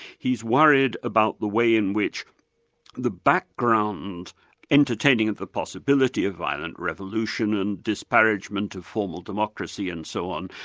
he's worried about the way in which the background entertaining of the possibility of violent revolution and disparagement of formal democracy and so on,